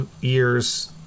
year's